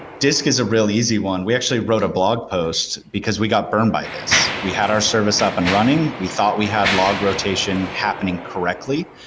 disk is a really easy one. we actually wrote a blog post because we got burned by this. we had our service up and running, we thought we had log rotation happening correctly,